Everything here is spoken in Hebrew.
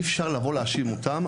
אז אי אפשר להאשים אותם.